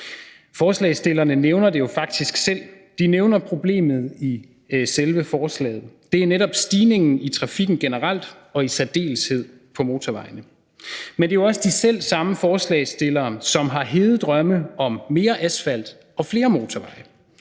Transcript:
Forslagsstillerne nævner jo faktisk selv problemet i selve forslaget: Det er netop stigningen i trafikken generelt og i særdeleshed på motorvejene. Men det er jo også de selv samme forslagsstillere, som har hede drømme om mere asfalt og flere motorveje,